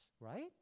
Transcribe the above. right